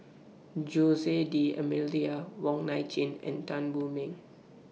Jose D'almeida Wong Nai Chin and Tan Wu Meng